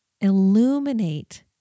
illuminate